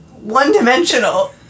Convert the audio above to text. one-dimensional